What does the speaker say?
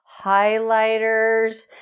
highlighters